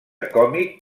còmic